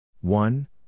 one